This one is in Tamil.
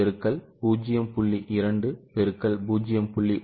2 X 0